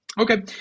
Okay